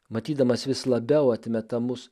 matydamas vis labiau atmetamus